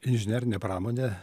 inžinerinė pramonė